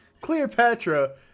Cleopatra